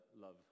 love